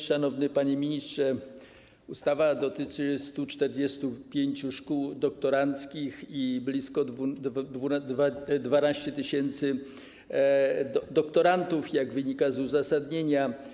Szanowny panie ministrze, ustawa dotyczy 145 szkół doktoranckich i blisko 12 tys. doktorantów, jak wynika z uzasadnienia.